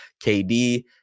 KD